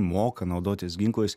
moka naudotis ginklais